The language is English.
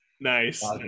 nice